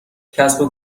کسب